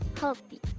healthy